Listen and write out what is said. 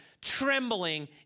trembling